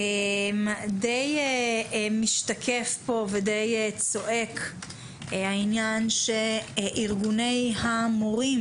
משתקף פה וצועק העניין שארגוני המורים